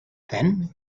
then